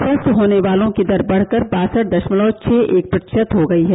स्वस्थ होने वालों की दर बढकर बासठ दशमलव छह एक प्रतिशत हो गई है